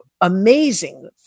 amazing